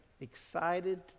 excited